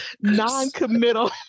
non-committal